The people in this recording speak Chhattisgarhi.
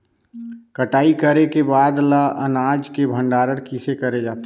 कटाई करे के बाद ल अनाज के भंडारण किसे करे जाथे?